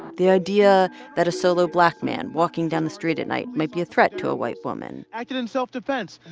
the idea that a solo black man walking down the street at night might be a threat to a white woman. acted in self-defense.